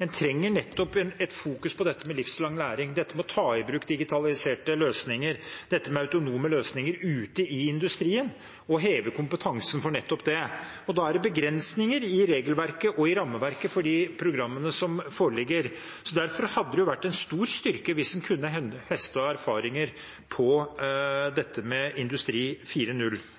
Den trenger nettopp et fokus på livslang læring, på å ta i bruk digitaliserte løsninger og på autonome løsninger ute i industrien og å heve kompetansen for nettopp det. Da er det begrensninger i regelverket og rammeverket for de programmene som foreligger. Derfor hadde det vært en stor styrke hvis en kunne høste erfaringer med industri